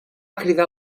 cridar